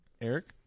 Eric